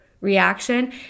reaction